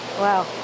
Wow